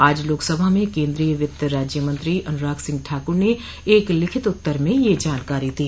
आज लोकसभा में कोन्द्रीय वित्त राज्यमत्री अनुराग सिंह ठाकुर ने एक लिखित उत्तर में यह जानकारी दी